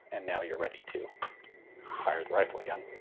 and now you're ready to fire the rifle again.